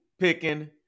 picking